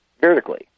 vertically